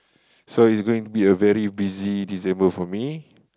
so it's going to be a very busy December for me